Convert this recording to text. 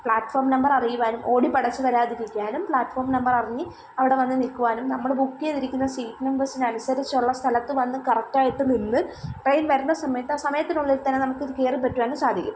platform number അറിയുവാനും ഓടിപ്പിടച്ച് വരാതിരിക്കാനും പ്ലാറ്റ്ഫോം നമ്പററിഞ്ഞ് അവിടെ വന്ന് നിൽക്കുവാനും നമ്മൾ ബുക്ക് ചെയ്തിരിക്കുന്ന സീറ്റ് നമ്പേഴ്സിന് അനുസരിച്ചുള്ള സ്ഥലത്ത് വന്ന് കറക്ടായിട്ട് നിന്ന് ട്രെയിൻ വരുന്ന സമയത്ത് ആ സമയത്തിനുള്ളിൽ തന്നെ നമുക്കത് കയറി പറ്റുവാനും സാധിക്കും